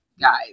guys